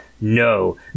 No